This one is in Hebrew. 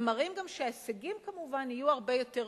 ומראים גם שההישגים כמובן יהיו הרבה יותר